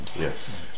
Yes